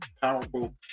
powerful